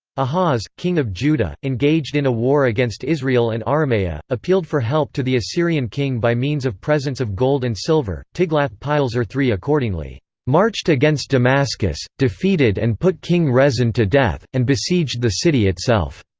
ahaz, king of judah, engaged in a war against israel and aramea, appealed for help to the assyrian king by means of presents of gold and silver tiglath-pileser iii accordingly marched against damascus, defeated and put king rezin to death, and besieged the city itself.